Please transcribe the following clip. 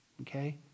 Okay